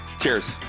Cheers